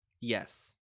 Yes